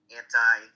anti